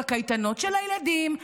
בקייטנות של הילדים,